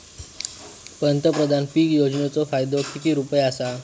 पंतप्रधान पीक योजनेचो फायदो किती रुपये आसा?